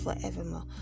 forevermore